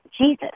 Jesus